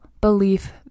belief